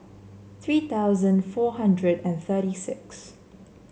three thousand four hundred and thirty six